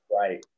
Right